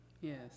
yes